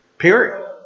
Period